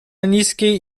niskiej